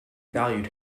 valued